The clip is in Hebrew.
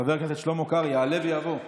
חבר הכנסת שלמה קרעי, יעלה ויבוא.